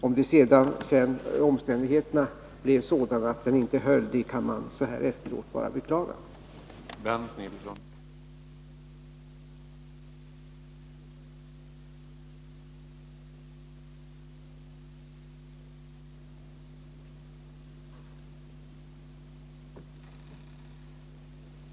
Om omständigheterna sedan blev sådana att det hela inte höll kan man så här efteråt bara beklaga det.